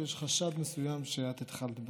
שיש חשד מסוים שאת התחלת בהן.